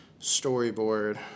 storyboard